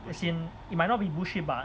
as in it might not be bullshit but